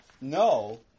No